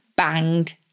banged